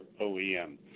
OEM